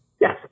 Yes